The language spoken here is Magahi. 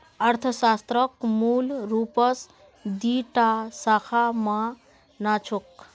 अर्थशास्त्रक मूल रूपस दी टा शाखा मा न छेक